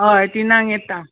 हय तिनांग येता